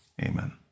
Amen